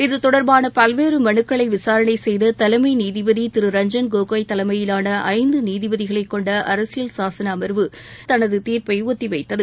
இது தொடர்பான பல்வேறு மனுக்களை விசாரணை செய்த தலைமை நீதிபதி திரு ரஞ்சன் கோகய் தலைமையிலான ஐந்து நீதிபதிகளை கொண்ட அரசியல் சாசன அமர்வு நேற்று முன்தினம் தமது தீர்ப்பை ஒத்தி வைத்தது